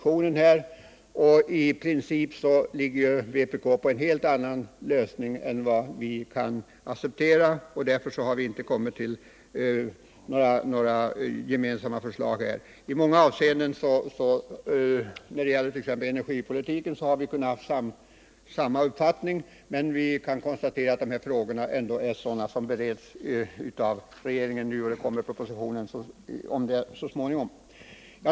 I princip ligger vpk på en helt annan lösning än vad vi kan acceptera. Därför har vi inte kommit fram till några gemensamma förslag. När det gäller t.ex. energipolitiken har vi dock i många avseenden haft samma uppfattning, men utskottet har konstaterat att dessa frågor nu bereds av regeringen och att en proposition kommer så småningom.